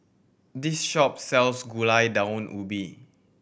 this shop sells Gulai Daun Ubi